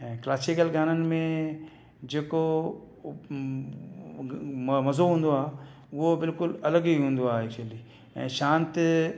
ऐं क्लासिकल गाननि में जेको मज़ो हूंदो आहे उहो बिल्कुलु अलॻि ई हूंदी आहे एक्चुअली ऐं शांति